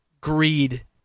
greed